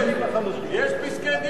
יש פסקי-דין.